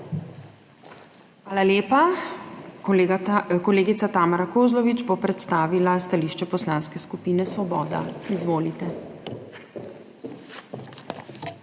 Hvala lepa. Kolegica Tamara Kozlovič bo predstavila stališče Poslanske skupine Svoboda. Izvolite.